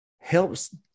helps